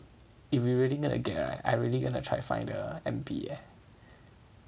if we really never get right I really gonna try to find the M_P eh